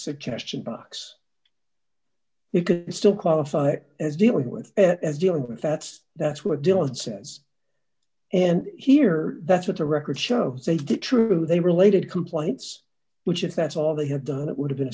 suggestion box you could still qualify it as dealing with it as dealing with that that's what dylan says and here that's what the records show the true they related complaints which if that's all they have done it would have been